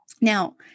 Now